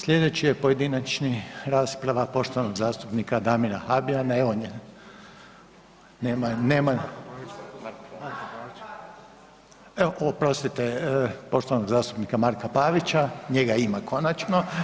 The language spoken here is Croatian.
Sljedeća pojedinačna rasprava je poštovanog zastupnika Damira Habijana, oprostite poštovanog zastupnika Marka Pavića, njega ima konačno.